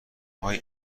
های